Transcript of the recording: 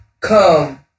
come